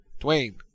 Dwayne